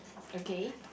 okay